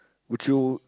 would you